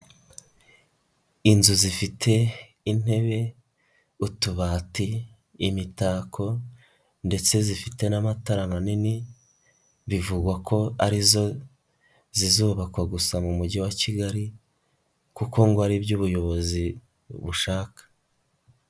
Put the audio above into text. Inzu zifite intebe, utubati, imitako ndetse zifite n'amatara manini, bivugwa ko ari zo zizubakwa gusa mu Mujyi wa Kigali kuko ngo aribyo ubuyobozi bushaka.